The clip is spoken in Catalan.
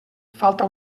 falta